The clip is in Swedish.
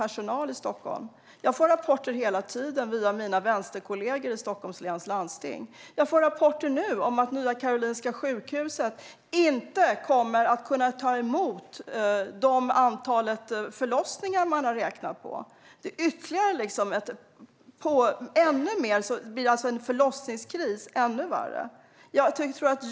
Jag får hela tiden rapporter via mina vänsterkollegor i Stockholms läns landsting. Jag får rapporter nu om att Nya Karolinska sjukhuset inte kommer att kunna ta emot den mängd förlossningar sjukhuset har räknat på. Det blir alltså en ännu värre förlossningskris.